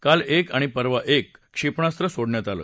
काल एक आणि परवा एक क्षेपणास्त्र सोडण्यात आलं